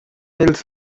els